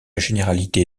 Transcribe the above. généralité